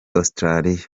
australia